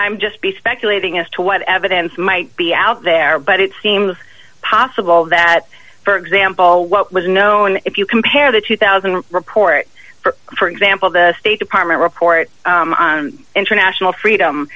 i'm just speculating as to what evidence might be out there but it seems possible that for example what was known if you compare the two thousand report for example the state department report international freedom